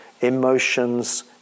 emotions